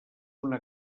una